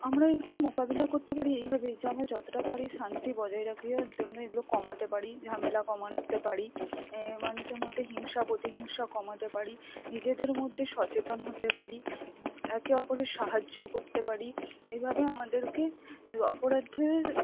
আমরা একটা মোকাবিলা করতে পারি এইভাবে যে আমরা যতটা পারি শান্তি বজায় রাখার জন্য এগুলো কমাতে পারি ঝামেলা কমাতে পারি এ মানুষের মধ্যে হিংসা প্রতিহিংসা কমাতে পারি নিজেদের মধ্যে সচেতন হতে পারি একে অপরে সাহায্য করতে পারি এইভাবে আমাদেরকে অপরাধের